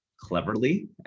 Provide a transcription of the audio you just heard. cleverly